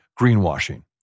greenwashing